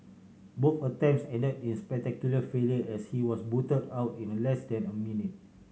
both attempts ended in spectacular failure as he was booted out in less than a minute